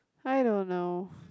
I don't know